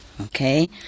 Okay